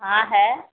हाँ है